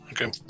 Okay